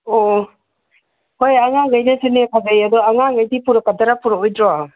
ꯑꯣ ꯍꯣꯏ ꯑꯉꯥꯡꯉꯩꯅꯁꯨꯅꯦ ꯐꯖꯩ ꯑꯗꯣ ꯑꯉꯥꯡꯉꯩꯗꯤ ꯄꯣꯔꯛꯀꯗ꯭ꯔ ꯄꯣꯔꯣꯛꯑꯣꯏꯗ꯭ꯔꯣ